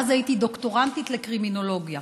הייתי אז דוקטורנטית לקרימינולוגיה,